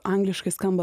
angliškai skamba